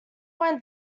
went